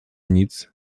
nic